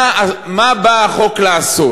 מה בא החוק לעשות?